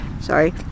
Sorry